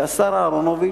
השר אהרונוביץ,